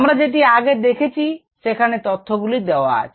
আমরা যেটি আগে দেখেছি সেখানে তথ্যগুলি দেওয়া আছে